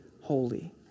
holy